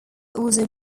also